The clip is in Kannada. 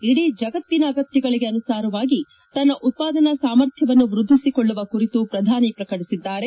ಇಡೀ ಜಗತ್ತಿನ ಅಗತ್ಯಗಳಗೆ ಅನುಸಾರವಾಗಿ ತನ್ನ ಉತ್ಪಾದನಾ ಸಾಮರ್ಥ್ಯವನ್ನು ವೃದ್ಧಿಸಿಕೊಳ್ಳುವ ಕುರಿತು ಪ್ರಧಾನಿ ಪ್ರಕಟಿಸಿದ್ದಾರೆ